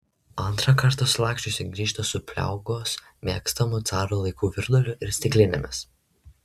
antrą kartą sulaksčiusi grįžta su pliaugos mėgstamu caro laikų virduliu ir stiklinėmis